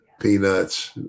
peanuts